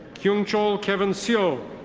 kyung-cheol kevin seo.